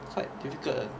quite difficult